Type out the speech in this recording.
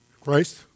Christ